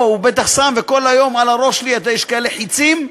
יש כאלה חצים,